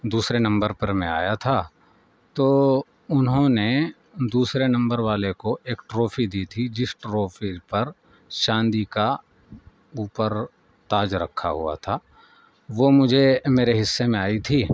دوسرے نمبر پر میں آیا تھا تو انہوں نے دوسرے نمبر والے کو ایک ٹرافی دی تھی جس ٹرافی پر چاندی کا اوپر تاج رکھا ہوا تھا وہ مجھے میرے حصے میں آئی تھی